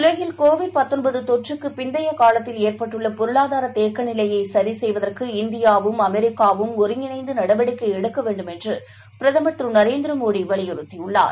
உலகில் கோவிட் தொற்றுக்குப் பிந்தையகாலத்தில் ஏற்பட்டுள்ள் பொருளாதாரதேக்கநிலையைசரிசெய்வதற்கு இந்தியாவும் அமெரிக்காவும் ஒருங்கிணைந்துநடவடிக்கைஎடுக்கவேண்டும் என்றுபிரதமர் திரு நரேந்திரமோடிவலியுறுத்தியுள்ளார்